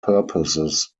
purposes